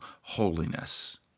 holiness